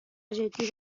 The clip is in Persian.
جدی